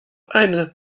eine